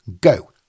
Go